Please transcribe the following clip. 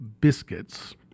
biscuits